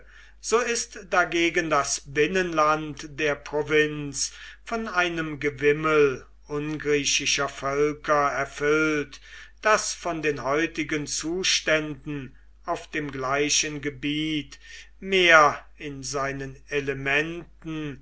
so ist dagegen das binnenland der provinz von einem gewimmel ungriechischer völker erfüllt das von den heutigen zuständen auf dem gleichen gebiet mehr in seinen elementen